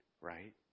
right